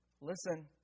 Listen